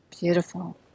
Beautiful